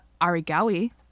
Arigawi